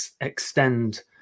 extend –